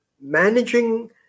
managing